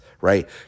right